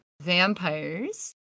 vampires